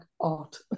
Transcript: art